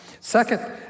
Second